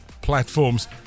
platforms